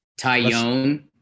Tyone